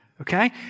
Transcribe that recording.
okay